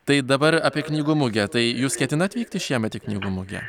tai dabar apie knygų mugę tai jūs ketinat vykti šiemet į knygų mugę